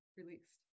released